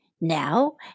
Now